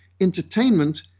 entertainment